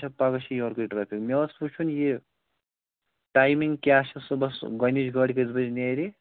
اچھا پگاہ چھِ یورکُے ٹریفِک مےٚ اوس وُچھُن یہِ ٹایِمنِگ کیاہ چھِ صُبس گۄڈنِج گٲڑۍ کٔژِ بجے نیرِ